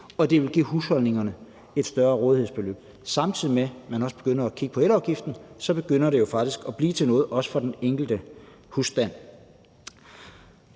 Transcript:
og det ville give husholdningerne et større rådighedsbeløb. Og når man samtidig begynder at kigge på elafgiften, begynder det faktisk også at blive til noget for den enkelte husstand.